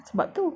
sebab tu